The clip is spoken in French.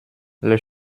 les